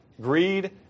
Greed